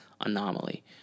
anomaly